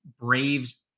braves